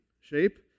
shape